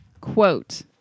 quote